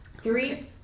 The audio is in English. Three